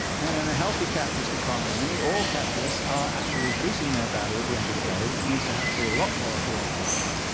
and in a healthy capitalist economy, all capitalists are actually increasing their value at the end of the day, which means there has to be a lot more at the end of the day.